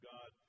God